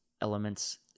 elements